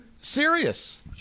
Serious